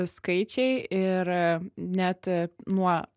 skaičiai ir net nuo